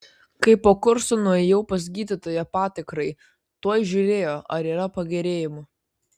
kai po kurso nuėjau pas gydytoją patikrai tuoj žiūrėjo ar yra pagerėjimų